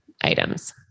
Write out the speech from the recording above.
items